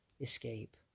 escape